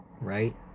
right